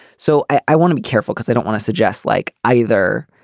so i i want to be careful because i don't want to suggest like either